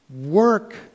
work